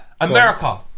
America